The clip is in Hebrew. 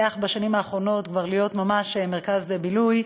בשנים האחרונות להיות ממש מרכז לבילוי,